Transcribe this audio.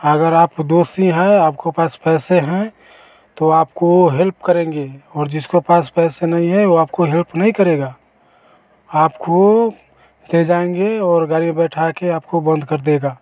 आगर आप दोषी हैं आपके पास पैसे हैं तो आपको वो हेल्प करेंगे और जिसके पास पैसे नहीं है वे आपको हेल्प नहीं करेगा आपको ले जाएंगे और गाड़ी में बिठकर आपको बंद कर देगा